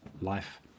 life